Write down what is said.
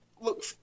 look